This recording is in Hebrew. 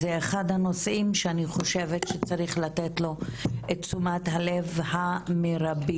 זה אחד הנושאים שאני חושבת שצריך לתת לו את תשומת הלב המרבית,